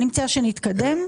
אני מציעה שנתקדם.